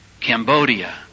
Cambodia